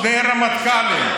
שני רמטכ"לים.